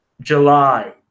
July